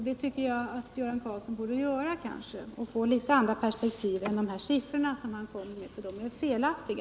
Det tycker jag att Göran Karlsson borde göra, för att få andra perspektiv än de här siffrorna som han kommer med, för de är felaktiga.